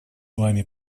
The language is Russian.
вами